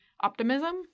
optimism